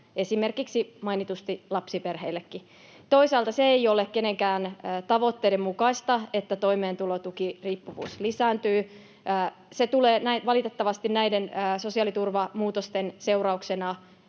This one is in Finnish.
esimerkiksi mainitusti lapsiperheillekin. Toisaalta se ei ole kenenkään tavoitteiden mukaista, että toimeentulotukiriippuvuus lisääntyy. Valitettavasti näiden sosiaaliturvamuutosten seurauksena